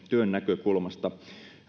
työn näkökulmasta